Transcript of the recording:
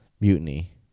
mutiny